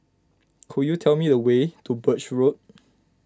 could you tell me the way to Birch Road